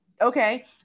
Okay